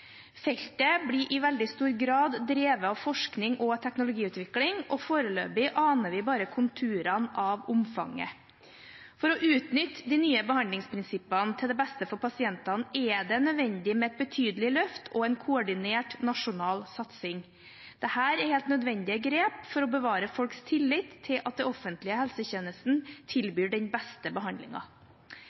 Feltet blir i veldig stor grad drevet av forskning og teknologiutvikling, og foreløpig aner vi bare konturene av omfanget. For å utnytte de nye behandlingsprinsippene til beste for pasientene er det nødvendig med et betydelig løft og en koordinert nasjonal satsing. Dette er helt nødvendige grep for å bevare folks tillit til at den offentlige helsetjenesten tilbyr den beste